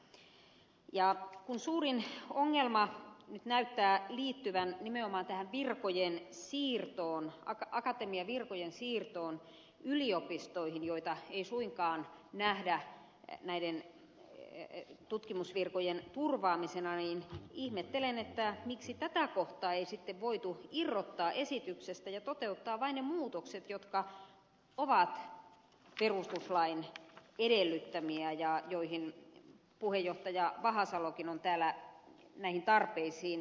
kun suurin ongelma nyt näyttää liittyvän nimenomaan tähän virkojen siirtoon akatemiavirkojen siirtoon yliopistoihin mitä ei suinkaan nähdä näiden tutkimusvirkojen turvaamisena niin ihmettelen miksi tätä kohtaa ei sitten voitu irrottaa esityksestä ja toteuttaa vain ne muutokset jotka ovat perustuslain edellyttämiä ja joihin puheenjohtaja vahasalokin on täällä viitannut näihin tarpeisiin